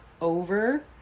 over